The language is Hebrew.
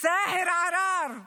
סאהר עראר מנצרת,